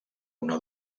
una